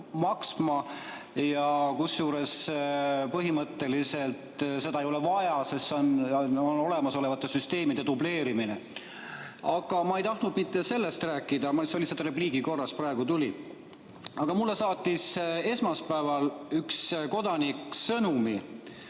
maksma, kusjuures põhimõtteliselt seda ei ole vaja, sest see on olemasolevate süsteemide dubleerimine. Aga ma ei tahtnud mitte sellest rääkida, see lihtsalt repliigi korras praegu tuli jutuks. Aga mulle saatis esmaspäeval üks kodanik sõnumi